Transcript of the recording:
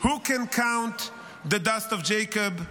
"Who can count the dust of Jacob,